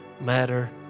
matter